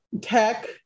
tech